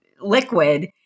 liquid